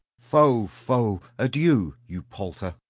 fo, fo! adieu! you palter.